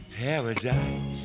paradise